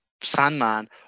Sandman